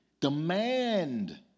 demand